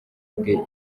bwe